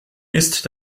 ist